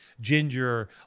ginger